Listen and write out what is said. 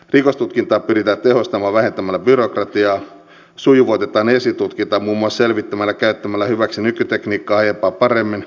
rikostutkintaa pyritään tehostamaan vähentämällä byrokratiaa sujuvoitetaan esitutkintaa muun muassa selvittämällä ja käyttämällä hyväksi nykytekniikkaa aiempaa paremmin